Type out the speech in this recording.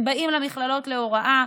הם באים למכללות להוראה,